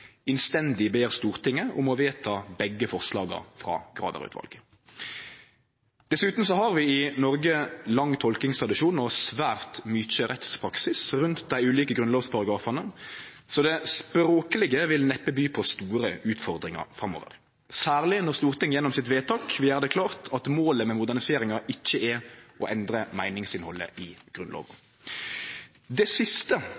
innstendig ber Stortinget om å vedta begge forslaga frå Graver-utvalet. Dessutan har vi i Noreg lang tolkingstradisjon og svært mykje rettspraksis rundt dei ulike grunnlovsparagrafane, så det språklege vil neppe by på store utfordringar framover, særleg når Stortinget gjennom sitt vedtak vil gjere det klart at målet med moderniseringa ikkje er å endre meiningsinnhaldet i Grunnlova. Det siste,